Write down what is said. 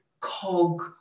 cog